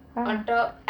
ah